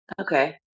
Okay